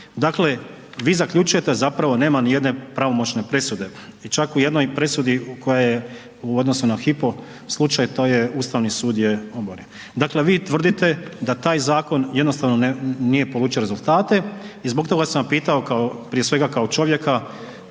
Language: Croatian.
Dakle vi zaključujete zapravo nema nijedna pravomoćne presude i čak u jednoj presudi koja je u odnosu na HYPO slučaj to je Ustavni sud je oboren. Dakle vi tvrdite da taj zakon jednostavno nije polučio rezultate i zbog toga sam vas pitao prije svega kao čovjeka,